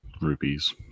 Rupees